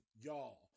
y'all